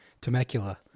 Temecula